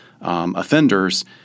Offenders